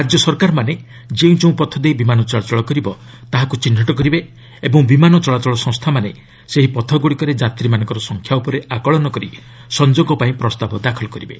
ରାଜ୍ୟ ସରକାରମାନେ ଯେଉଁ ଯେଉଁ ପଥ ଦେଇ ବିମାନ ଚଳାଚଳ କରିବ ତାହା ଚିହ୍ନଟ କରିବେ ଓ ବିମାନ ଚଳାଚଳ ସଂସ୍ଥାମାନେ ସେହି ପଥଗୁଡ଼ିକରେ ଯାତ୍ରୀମାନଙ୍କର ସଂଖ୍ୟା ଉପରେ ଆକଳନ କରି ସଂଯୋଗପାଇଁ ପ୍ରସ୍ତାବ ଦାଖଲ କରିବେ